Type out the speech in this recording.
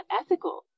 ethical